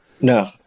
No